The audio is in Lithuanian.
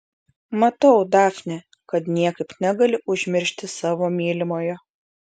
matau dafne kad niekaip negali užmiršti savo mylimojo